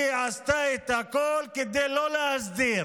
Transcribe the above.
היא עשתה את הכול כדי לא להסדיר